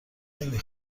نمی